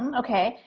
and okay,